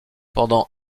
pendant